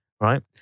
right